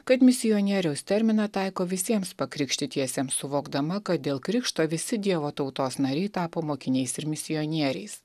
kad misionieriaus terminą taiko visiems pakrikštytiesiems suvokdama kad dėl krikšto visi dievo tautos nariai tapo mokiniais ir misionieriais